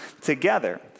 together